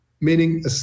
meaning